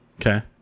Okay